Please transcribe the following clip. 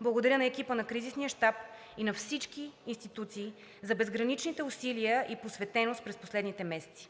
Благодаря на екипа на Кризисния щаб и на всички институции за безграничните усилия и посветеност през последните месеци.